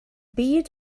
byd